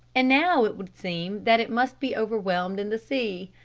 and now it would seem that it must be overwhelmed in the sea.